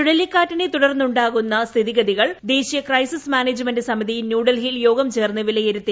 ചുഴലിക്കാറ്റിനെ തുടർന്നുണ്ടാകുന്ന സ്ഥിതിഗതികൾ ദേശീയ ക്രൈസിസ്സ് മാനേജ്മെന്റ് സമിതി ന്യൂഡൽഹിയിൽ യോഗം ചേർന്ന് വിലയിരുത്തി